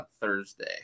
Thursday